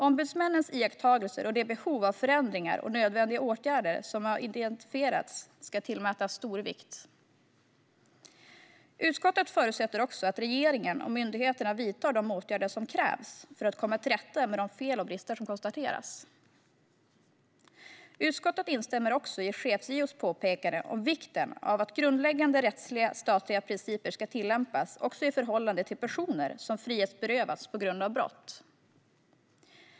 Ombudsmännens iakttagelser och de behov av förändringar och nödvändiga åtgärder som har identifierats ska tillmätas stor vikt. Utskottet förutsätter också att regeringen och myndigheterna vidtar de åtgärder som krävs för att komma till rätta med de fel och brister som konstateras. Utskottet instämmer i chefsjustitieombudsmannens påpekande om vikten av att grundläggande rättsstatliga principer ska tillämpas också i förhållande till personer som frihetsberövats på grund av brott.